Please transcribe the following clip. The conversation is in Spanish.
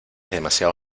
demasiado